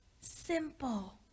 simple